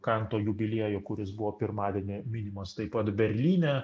kanto jubiliejų kuris buvo pirmadienį minimas taip pat berlyne